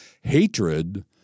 Hatred